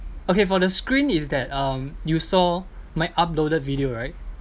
okay for the screen is that um you saw my uploaded video right